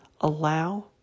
allow